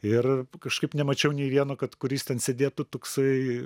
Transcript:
ir kažkaip nemačiau nei vieno kad kuris ten sėdėtų toksai